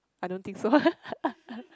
I don't think so